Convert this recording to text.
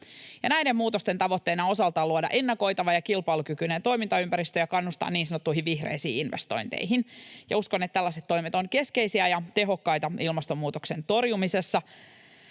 Näiden muutosten tavoitteena on osaltaan luoda ennakoitava ja kilpailukykyinen toimintaympäristö ja kannustaa niin sanottuihin vihreisiin investointeihin. Uskon, että tällaiset toimet ovat keskeisiä ja tehokkaita ilmastonmuutoksen torjumisessa.